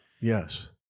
Yes